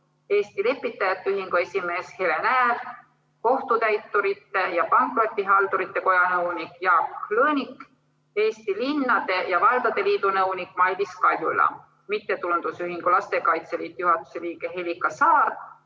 Eesti Lepitajate Ühingu esimees Helen Hääl, Kohtutäiturite ja Pankrotihaldurite Koja nõunik Jaan Lõõnik, Eesti Linnade ja Valdade Liidu nõunik Mailiis Kaljula, mittetulundusühingu Lastekaitse Liit juhatuse liige Helika Saar,